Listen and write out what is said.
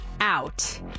out